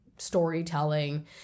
storytelling